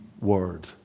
word